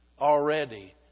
already